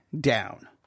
down